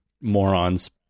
morons